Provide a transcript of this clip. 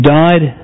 died